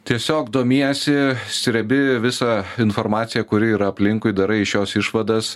tiesiog domiesi srebi visą informaciją kuri yra aplinkui darai iš jos išvadas